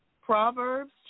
Proverbs